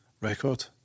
record